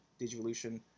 digivolution